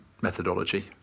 methodology